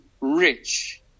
rich